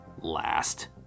last